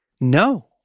no